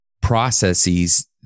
processes